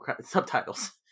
subtitles